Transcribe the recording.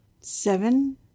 seven